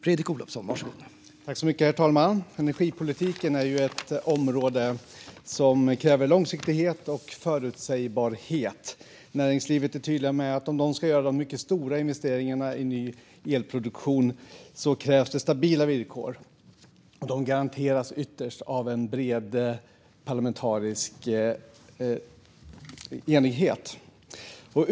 Herr talman! Energipolitiken är ett område som kräver långsiktighet och förutsägbarhet. Näringslivet är tydliga med att om de ska göra dessa mycket stora investeringar i ny elproduktion krävs det stabila villkor, och dessa garanteras ytterst av en bred parlamentarisk enighet.